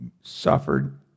suffered